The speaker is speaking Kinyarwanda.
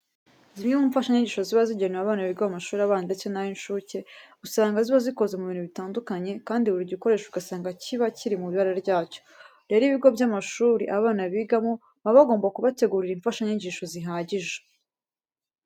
Zimwe mu mfashanyigisho ziba zigenewe abana biga mu mashuri abanza ndetse n'ay'incuke, usanga ziba zikoze mu bintu bitandukanye kandi buri gikoresho ugasanga kiba kiri mu ibara ryacyo. Rero ibigo by'amashuri aba bana bigamo baba bagomba kubategurira imfashanyigisho zihagije.